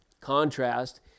Contrast